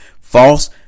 false